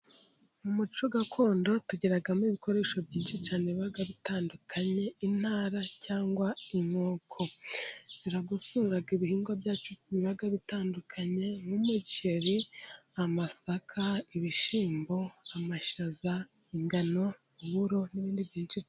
Umuco gakondo tugeramo ibikoresho byinshi cyane, biba bitandukanye intara cyangwa inkoko ziragosora ibihingwa byacu, biba bitandukanye nk'umuceri, amasaka, ibishyimbo, amashaza, ingano, uburo n'ibindi byinshi cyane